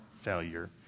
failure